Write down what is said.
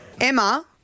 emma